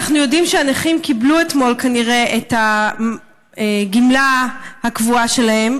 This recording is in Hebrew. אנחנו יודעים שהנכים קיבלו אתמול כנראה את הגמלה הקבועה שלהם,